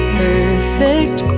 perfect